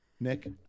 Nick